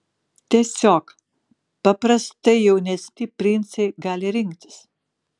tiesiog paprastai jaunesni princai gali rinktis